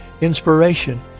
inspiration